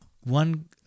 one